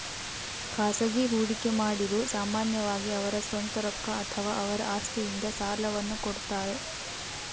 ಖಾಸಗಿ ಹೂಡಿಕೆಮಾಡಿರು ಸಾಮಾನ್ಯವಾಗಿ ಅವರ ಸ್ವಂತ ರೊಕ್ಕ ಅಥವಾ ಅವರ ಆಸ್ತಿಯಿಂದ ಸಾಲವನ್ನು ಕೊಡುತ್ತಾರ